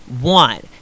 one